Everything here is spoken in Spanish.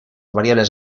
variables